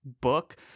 book